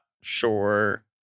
sure